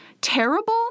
terrible